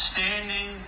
Standing